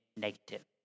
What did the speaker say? negative